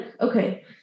okay